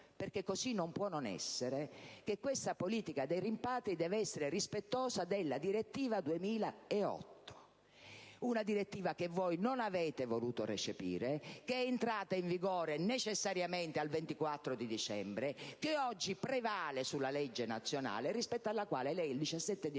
perché così non può non essere, che questa politica dei rimpatri deve essere rispettosa della direttiva 2008/115/CE, che voi non avete voluto recepire, che è entrata in vigore necessariamente il 24 dicembre, che oggi prevale sulla legge nazionale e rispetto alla quale lei il 17